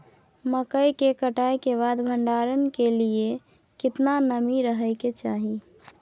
मकई के कटाई के बाद भंडारन के लिए केतना नमी रहै के चाही?